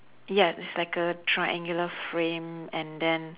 ya it's like a triangular frame and then